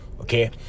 okay